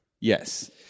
Yes